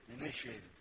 initiated